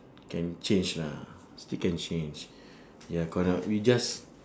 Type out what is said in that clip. can change lah still can change ya correct we just